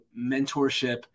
mentorship